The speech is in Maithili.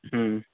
ह्म्म